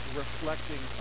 reflecting